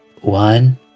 one